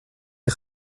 les